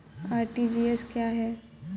RTGS क्या है?